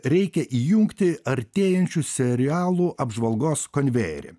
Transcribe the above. reikia įjungti artėjančių serialų apžvalgos konvejerį